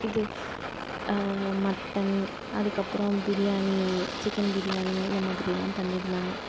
இது மட்டன் அதுக்கப்றம் பிரியாணி சிக்கன் பிரியாணி இந்த மாதிரிலாம் பண்ணியிருந்தாங்க